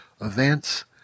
events